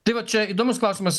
tai va čia įdomus klausimas